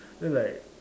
then like